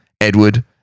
Edward